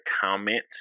comment